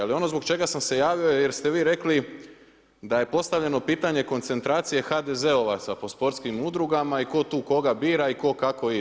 Ali ono zbog čega sam se javio je jer ste vi rekli da je postavljeno pitanje koncentracije HDZ-ovaca po sportskim udrugama i tko tu koga bira i ko kako ide.